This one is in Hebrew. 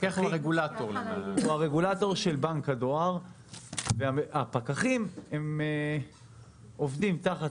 המפקח הוא הרגולטור של בנק הדואר והפקחים עובדים תחת